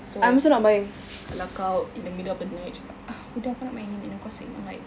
so kalau kau in the middle of the night cakap huda kau nak main Animal Crossing I'm like